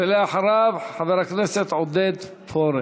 ואחריו, חבר הכנסת עודד פורר.